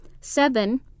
Seven